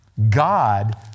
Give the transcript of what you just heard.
God